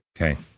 Okay